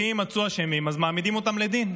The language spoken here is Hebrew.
ואם יימצאו אשמים, אז מעמידים אותם לדין,